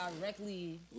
directly